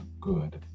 good